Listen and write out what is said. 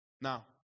Now